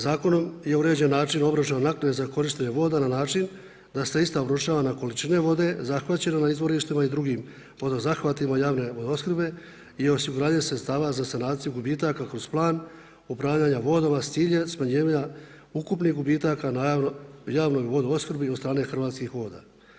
Zakonom je uređen način obračun naknade za korištenje voda, na način, da se ista obrušava na količinu vode, zahvaćena na izvorištima i drugim poduhvatima javne opskrbe i osiguranje sredstava za sanaciju, gubitaka kroz plan upravljanja vodama, s ciljem smanjivanja ukupnih gubitaka na javnoj vodoopskrbi na od strane Hrvatskih voda.